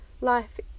Life